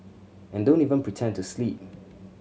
and don't even pretend to sleep